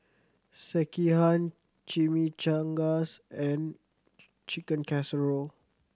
Sekihan Chimichangas and Chicken Casserole